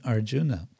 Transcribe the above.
Arjuna